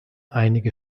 einige